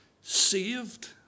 saved